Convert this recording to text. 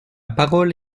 parole